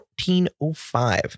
1405